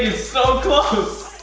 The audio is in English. so close ah